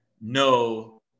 no